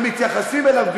ומתייחסים אליו,